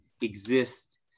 exist